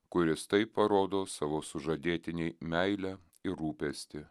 kuris taip parodo savo sužadėtinei meilę ir rūpestį